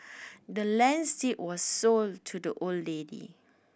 the land's deed was sold to the old lady